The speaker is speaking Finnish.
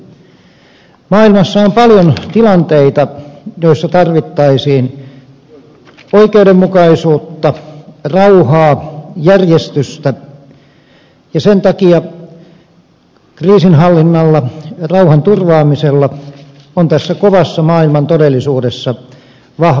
maailmassa on paljon tilanteita joissa tarvittaisiin oikeudenmukaisuutta rauhaa järjestystä ja sen takia kriisinhallinnalla ja rauhanturvaamisella on tässä kovassa maailman todellisuudessa vahva sijansa